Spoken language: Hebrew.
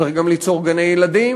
צריך גם ליצור גני-ילדים,